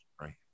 Right